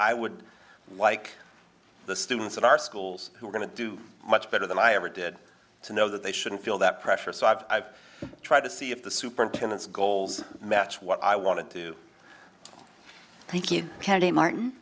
i would like the students at our schools who are going to do much better than i ever did to know that they shouldn't feel that pressure so i've tried to see if the superintendent's goals match what i want to do thank you candy martin